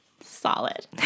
solid